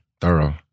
Thorough